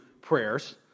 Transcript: prayers